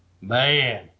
man